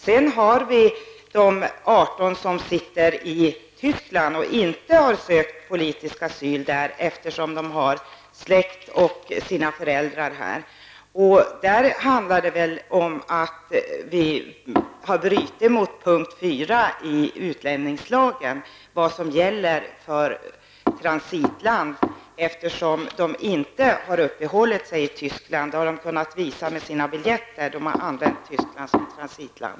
Sedan har vi de 18 som sitter i Tyskland och som inte har sökt politisk asyl där eftersom de har släkt och föräldrar i Sverige. Där handlar det väl om att vi har brutit mot punkt 4 i utlänningslagen, som stadgar vad som gäller för transitland? Dessa människor har kunnat visat med sina biljetter att de inte har uppehållit sig i Tyskland utan att Tyskland har varit transitland.